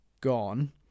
gone